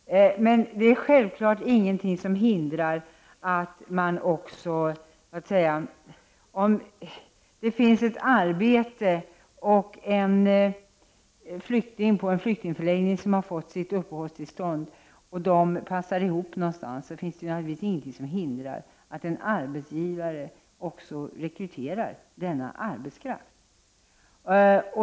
Men om det finns ett arbete och det finns en flykting på en flyktingförläggning som har sitt uppehållstillstånd och som passar för detta arbete, så är det naturligtvis ingenting som hindrar att en arbetsgivare också rekryterar denna arbetskraft.